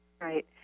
right